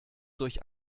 durch